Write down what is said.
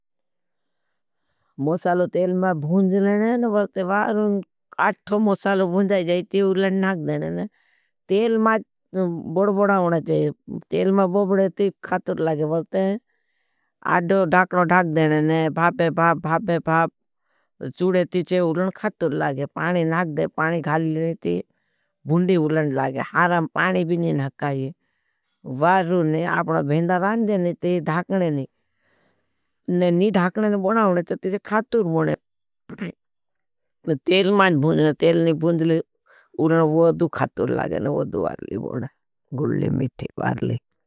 मोसालो तेल में भूँज लेने, वर्ते वारुन अठ्थो मोसालो भूँजाय जाय, ती उलंड नाग देने ने। तेल में बोडबड़ा होने थे, तेल में बोडबड़ा ती खातूर लागे, वर्ते अड्डो धाकनो धाक देने ने, भापय भाप, भापय भाप। चुले ती ची हुते खातूर लागे पानी ढाक दे पानी ढाक दे पानी खाले नि ती भुंडी हुनर लागे। हारम पानी भी ना काई वारुने आपड़ो भिंडा नाजे रीति ढाकड़े नी। नी नी ढाकड़े बोड़ा ख़ातुर बोड़े तेल में न भूँज लेने तेल में भूँज लेने उलंड वाडू खातुर लागे ने।